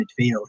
midfield